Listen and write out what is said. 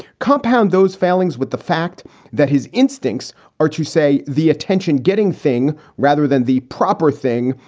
compound those failings with the fact that his instincts are to say the attention getting thing rather than the proper thing,